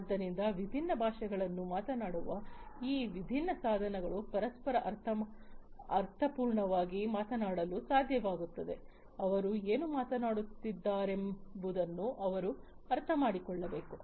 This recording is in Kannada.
ಆದ್ದರಿಂದ ವಿಭಿನ್ನ ಭಾಷೆಗಳನ್ನು ಮಾತನಾಡುವ ಈ ವಿಭಿನ್ನ ಸಾಧನಗಳು ಪರಸ್ಪರ ಅರ್ಥಪೂರ್ಣವಾಗಿ ಮಾತನಾಡಲು ಸಾಧ್ಯವಾಗುತ್ತದೆ ಅವರು ಏನು ಮಾತನಾಡುತ್ತಿದ್ದಾರೆಂಬುದನ್ನು ಅವರು ಅರ್ಥಮಾಡಿಕೊಳ್ಳಬೇಕು